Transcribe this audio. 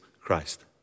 Christ